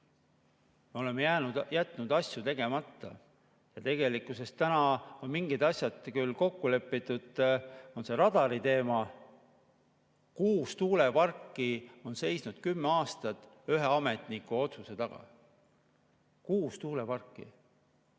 Me oleme jätnud asju tegemata ja tegelikkuses on mingid asjad küll kokku lepitud, aga on see radariteema, kuus tuuleparki on seisnud kümme aastat ühe ametniku otsuse taga. Kuus tuuleparki!